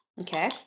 Okay